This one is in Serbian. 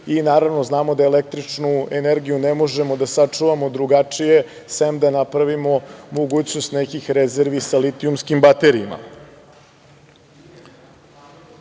i naravno znamo da električnu energiju ne možemo da sačuvamo drugačije sem da napravimo mogućnost nekih rezervi sa litijumskim baterijama. Zakon